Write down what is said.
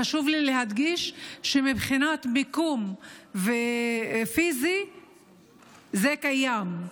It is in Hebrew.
חשוב לי להדגיש שמבחינת מיקום פיזי זה קיים,